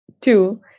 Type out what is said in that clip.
Two